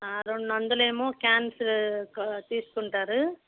రెండు వందలేమో తీసుకుంటారు